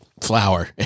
flour